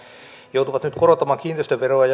joutuvat nyt korottamaan kiinteistöveroa